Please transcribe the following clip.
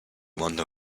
wonder